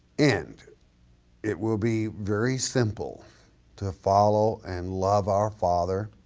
and it will be very simple to follow and love our father